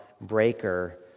breaker